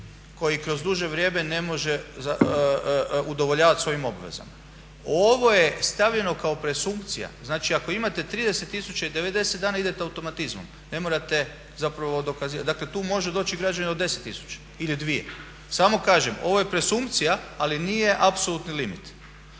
koji kroz duže vrijeme ne može udovoljavati svojim obvezama. Ovo je stavljeno kao presumpcija. Znači ako imate 30 tisuća i 90 dana idete automatizmom. Ne morate zapravo dokazivati, dakle tu može doći i građanin od 10 tisuća ili 2. Samo kažem, ovo je presumpcija ali nije apsolutni limit.